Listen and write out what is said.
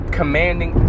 commanding